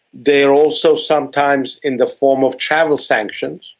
they are also sometimes in the form of travel sanctions.